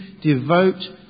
devote